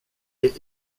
est